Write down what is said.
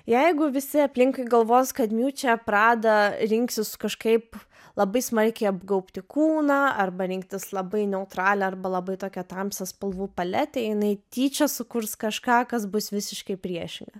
jeigu visi aplinkui galvos kad miučia prada rinksis kažkaip labai smarkiai apgaubti kūną arba rinktis labai neutralią arba labai tokią tamsią spalvų paletę jinai tyčia sukurs kažką kas bus visiškai priešinga